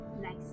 Nice